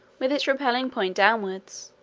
with its repelling point downwards,